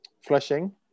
Flushing